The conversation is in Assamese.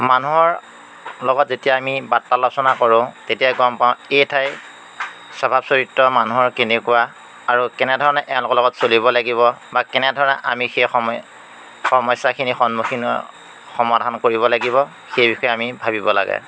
মানুহৰ লগত যেতিয়া আমি বাৰ্তালোচনা কৰোঁ তেতিয়া গম পাওঁ এই ঠাইৰ স্বভাৱ চৰিত্ৰ মানুহৰ কেনেকুৱা আৰু কেনেধৰণে এওঁলোকৰ লগত চলিব লাগিব বা কেনেধৰণে আমি সেই সময় সমস্যাখিনিৰ সন্মুখীন সমাধান কৰিব লাগিব সেই বিষয়ে আমি ভাবিব লাগে